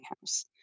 house